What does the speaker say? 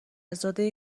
زاده